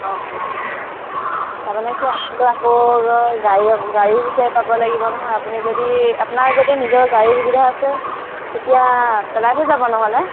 অঁ অঁ তাৰমানে কি আনিবলৈ আকৌ গাড়ী গাড়ীও বিচাৰি পাব লাগিব নহয় আপুনি যদি আপোনাৰ যদি নিজৰ গাড়ীৰ সুবিধা আছে তেতিয়া পেলাই থৈ যাব নহ'লে